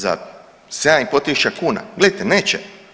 Za 7.500 kuna, gledajte neće.